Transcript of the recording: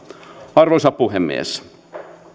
arvoisa puhemies